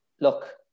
Look